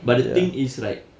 but the thing is right